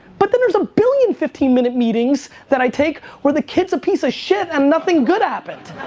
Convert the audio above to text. but then there's a billion fifteen minute meetings that i take where the kids a piece of shit and nothing good happened.